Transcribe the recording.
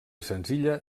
senzilla